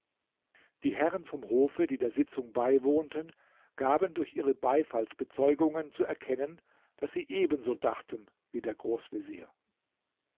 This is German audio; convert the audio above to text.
die herren vom hofe die der sitzung beiwohnten gaben durch ihre beifallsbezeugungen zu erkennen daß sie ebenso dachten wie der